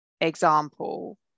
example